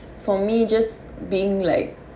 for me just being like